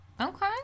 Okay